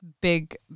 big